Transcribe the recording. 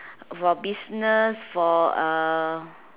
for business for uh